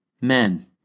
Men